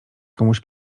komuś